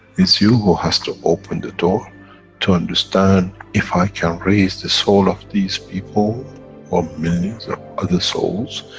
it's you who has to open the door to understand, if i can raise the soul of these people or millions of other souls,